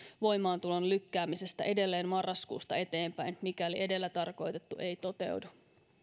voimaantulon lykkäämisestä edelleen marraskuusta eteenpäin mikäli edellä tarkoitettu ei toteudu